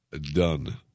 done